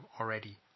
already